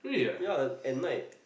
ya at night